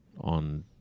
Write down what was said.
on